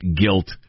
guilt